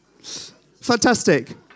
fantastic